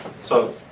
so,